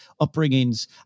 upbringings